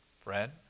friend